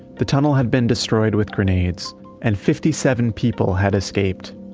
the tunnel had been destroyed with grenades and fifty seven people had escaped.